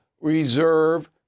reserve